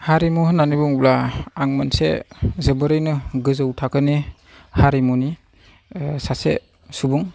हारिमु होननानै बुंब्ला आं मोनसे जोबोरैनो गोजौ थाखोनि हारिमुनि सासे सुबुं